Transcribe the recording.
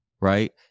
right